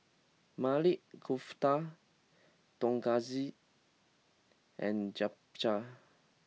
Maili Kofta Tonkatsu and Japchae